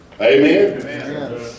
amen